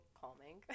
calming